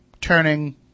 turning